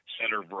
Senator